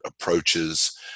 approaches